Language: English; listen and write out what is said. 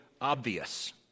obvious